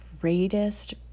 greatest